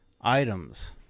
items